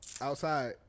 outside